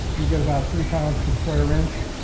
we get about three pounds per square inch,